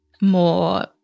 more